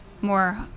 more